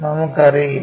നമുക്കറിയില്ല